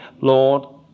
Lord